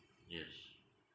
yes